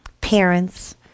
parents